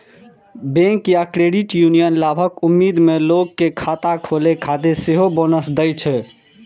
bank या credit union लाभक उम्मीद मे लोग कें खाता खोलै खातिर सेहो बोनस दै छै